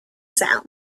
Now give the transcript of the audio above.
sound